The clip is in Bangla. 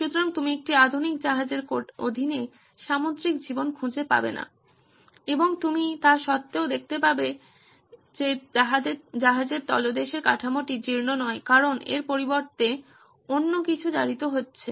সুতরাং তুমি একটি আধুনিক জাহাজের অধীনে সামুদ্রিক জীবন খুঁজে পাবে না এবং তুমি তাসত্ত্বেও দেখতে পাবেন যে জাহাজের তলদেশের কাঠামোটি জীর্ণ নয় কারণ এর পরিবর্তে অন্য কিছু জারিত হচ্ছে